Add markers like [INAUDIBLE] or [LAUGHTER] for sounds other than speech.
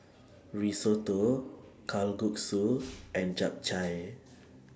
[NOISE] Risotto Kalguksu and Japchae